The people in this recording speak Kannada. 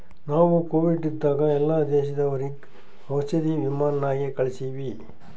ನಾವು ಕೋವಿಡ್ ಇದ್ದಾಗ ಎಲ್ಲಾ ದೇಶದವರಿಗ್ ಔಷಧಿ ವಿಮಾನ್ ನಾಗೆ ಕಳ್ಸಿವಿ